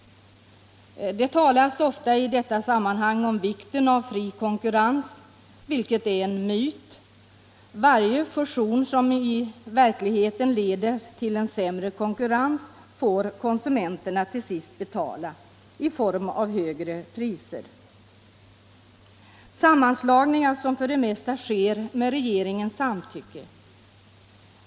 Det talas ofta i detta sammanhang om vikten av fri konkurrens, vilket är en myt. Varje fusion som i verkligheten leder till sämre konkurrens får konsumenterna till sist betala i form av högre priser. Sammanslagningar sker för det mesta med regeringens samtycke.